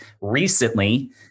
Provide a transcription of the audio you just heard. Recently